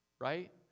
right